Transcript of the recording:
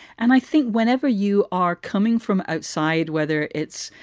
and i think whenever you are coming from outside, whether it's,